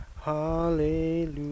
hallelujah